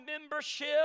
membership